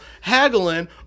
haggling